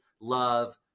love